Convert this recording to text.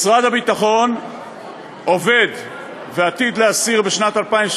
משרד הביטחון עובד ועתיד להסיר בשנת 2017